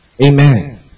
Amen